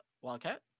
Wildcat